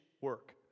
work